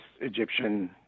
Egyptian